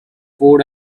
food